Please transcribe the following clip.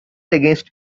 against